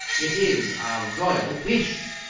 it is our royal wish,